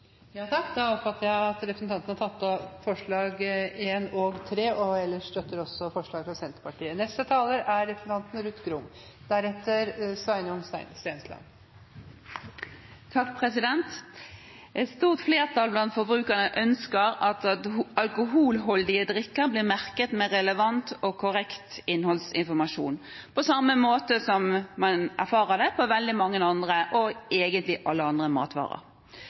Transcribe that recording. oppfatter det slik at representanten Olaug V. Bollestad da har tatt opp forslagene nr. 1 og 3. Et stort flertall blant forbrukerne ønsker at alkoholdige drikker blir merket med relevant og korrekt innholdsinformasjon, på samme måte som man erfarer på veldig mange – egentlig alle – andre matvarer.